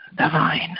divine